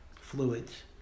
fluids